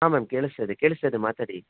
ಹಾಂ ಮ್ಯಾಮ್ ಕೇಳಿಸ್ತಾ ಇದೆ ಕೇಳಿಸ್ತಾ ಇದೆ ಮಾತಾಡಿ